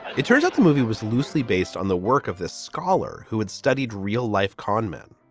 it turns out the movie was loosely based on the work of this scholar who had studied real life con men